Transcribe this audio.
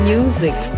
Music